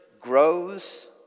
grows